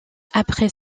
après